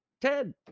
Ted